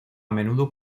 menudo